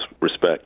respect